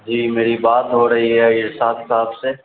جی میری بات ہو رہی ہے ارشاد صاحب سے